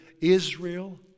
Israel